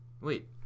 Wait